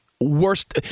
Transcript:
worst